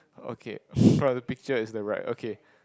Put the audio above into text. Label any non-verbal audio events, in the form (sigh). okay (breath) for the picture it's the right okay